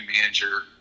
manager